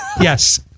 Yes